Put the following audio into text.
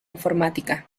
informática